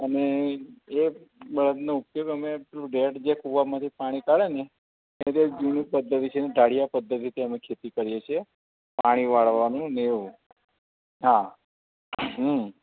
અને એ બળદનો ઉપયોગ અમે ઢેડ જે કૂવામાંથી પાણી કાઢે ને એ જૂની પધ્ધતિ છે ઢાળિયા પધ્ધતિથી અમે ખેતી કરીએ છીએ પાણી વાળવાનું ને એવું હા હ